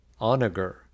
onager